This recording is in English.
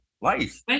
Life